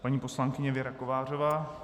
Paní poslankyně Věra Kovářová?